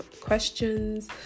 questions